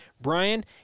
Brian